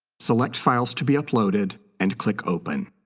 select files to be uploaded and click open.